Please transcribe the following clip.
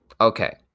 Okay